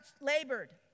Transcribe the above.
labored